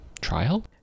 trial